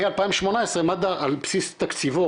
מ-2018 מד"א על בסיס תקציבו,